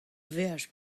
veaj